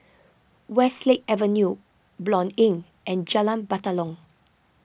Westlake Avenue Blanc Inn and Jalan Batalong